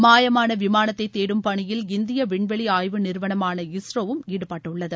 மாயமான விமானத்தை தேடும் பணியில் இந்திய விண்வெளி ஆய்வு நிறுவனமான இஸ்ரோவும் ஈடுபட்டுள்ளது